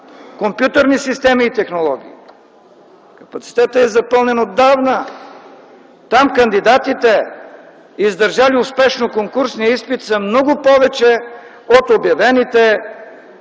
компютърни системи и технологии – капацитетът е запълнен отдавна. Там кандидатите, издържали успешно конкурсния изпит, са много повече от обявените